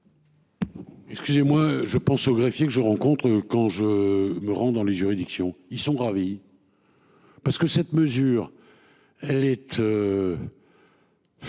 Excusez-moi, je pense au greffier que je rencontre quand je me rends dans les juridictions, ils sont ravis. Parce que cette mesure. Elle être.